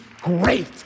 great